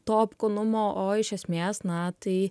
to apkūnumo o iš esmės na tai